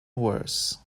worse